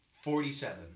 Forty-seven